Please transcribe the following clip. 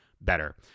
better